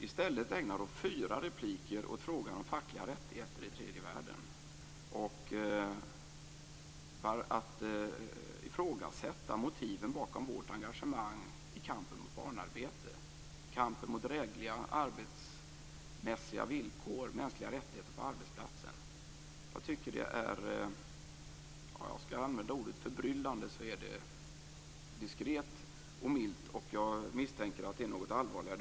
I stället ägnar hon fyra repliker åt frågan om fackliga rättigheter i tredje världen och åt att ifrågasätta motiven bakom vårt engagemang i kampen mot barnarbete, kampen mot drägliga arbetsmässiga villkor, mänskliga rättigheter på arbetsplatsen. Om jag använder ordet förbryllande så är det diskret och milt. Jag misstänker att det är något allvarligare.